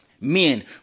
men